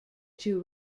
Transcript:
two